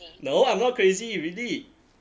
no I'm not crazy really